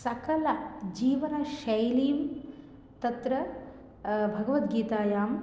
सकलजीवनशैलीं तत्र भगवद्गीतायाम्